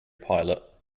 pilot